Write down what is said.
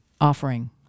offering